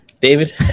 david